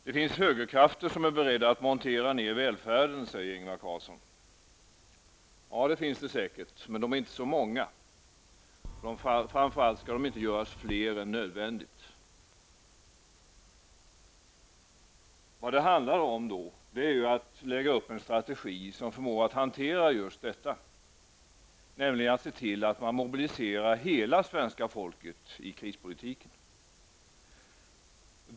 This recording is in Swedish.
Det finns högerkrafter som är beredda att montera ned välfärden, säger Ingvar Carlsson. Ja, det finns det säkert, men de är inte så många, och framför allt skall de inte göras fler än nödvändigt. Vad det handlar om då är att lägga upp en strategi som förmår att hantera just detta, nämligen att se till att man mobiliserar hela svenska folket i krispolitiken.